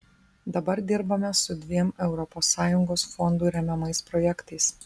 dabar dirbame su dviem europos sąjungos fondų remiamais projektais